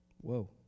Whoa